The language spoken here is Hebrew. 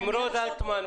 נמרוד אלטמן,